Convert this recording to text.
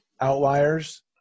outliers